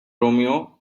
romeo